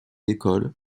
écoles